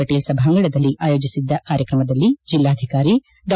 ಪಟೇಲ್ ಸಭಾಂಗಣದಲ್ಲಿ ಆಯೋಜಿಸಿದ್ದ ಕಾರ್ಯಕ್ರಮದಲ್ಲಿ ಜಿಲ್ಲಾಧಿಕಾರಿ ಡಾ